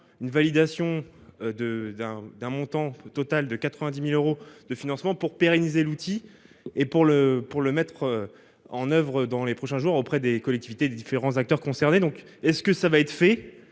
une validation de d'un d'un montant total de 90.000 euros de financement pour pérenniser l'outil et pour le, pour le mettre en oeuvre dans les prochains jours auprès des collectivités et des différents acteurs concernés, donc est-ce que ça va être fait